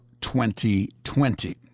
2020